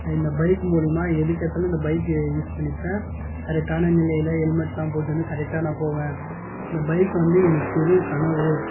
இந்த பைக் மூலிமா எதுக்கேத்தாலும் இந்த பைக் யூஸ் பண்ணிப்பேன் கரெட்டான நிலையில் ஹெல்மெட்டுலாம் போட்டுனு கரெக்டா நான் போவேன் இந்த பைக் வந்து எனக்கு பெரும் கனவு